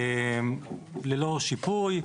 ללא שיפוי.